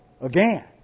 Again